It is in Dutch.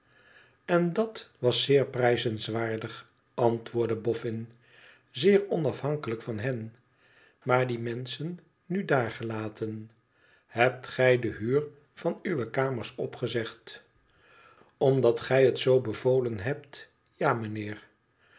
en dat was zeer prijzenswaardig antwoordde boffin zeer onafhankelijk van hen maar die menschen nu daargelaten hebt gij de huur van uwe kamers opgezegd i omdat gij het zoo bevolen hebt ja mijnheer